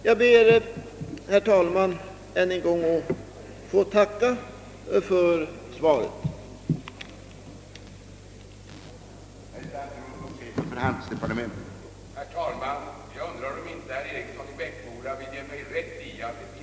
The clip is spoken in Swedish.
Jag ber att än en gång få tacka herr statsrådet för svaret.